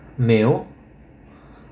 meal